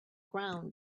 ground